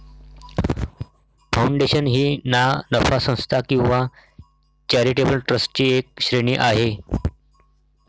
foundation ही ना नफा संस्था किंवा चॅरिटेबल ट्रस्टची एक श्रेणी आहे